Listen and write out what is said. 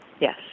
Yes